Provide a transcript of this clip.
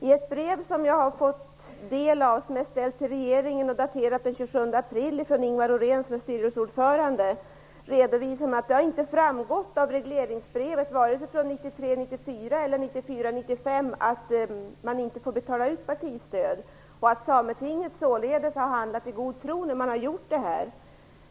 I ett brev som jag har fått del av, och som är ställt till regeringen och daterat den 27 april, från Ingwar Åhrèn som är styrelseordförande redovisas att det inte har framgått av regleringsbrevet vare sig från 1993 95 att man inte får betala ut partistöd. Vidare sägs det att Sametinget således har handlat i god tro när de har gjort det.